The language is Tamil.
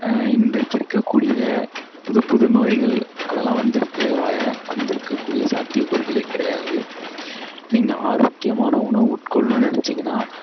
இன்றைக்கு இருக்கக்கூடிய புது புது நோய்கள் அதெல்லாம் வந்துருக்க வ வந்துருக்கக்கூடிய சாத்தியக்கூறுகளே கிடையாது நீங்கள் ஆரோக்கியமான உணவு உட்கொள்ளணுன்னு நினச்சிங்கனா